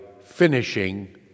finishing